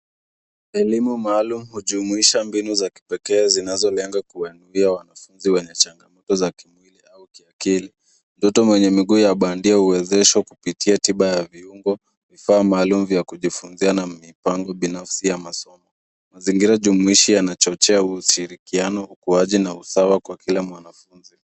Elimu maalum hujumuisha mbinu za kipekee zinazolenga kuwainua wanafunzi wenye changamoto za kimwili au kiakili. Mtoto mwenye miguu ya bandia huwezeshwa kupitia tiba ya viungo, vifaa maalum vya kujifunza na mipango binafsi ya masomo. Mazingira jumuishi yanachochea ushirikiano, ukuaji na usawa kwa kila mwanafunzi.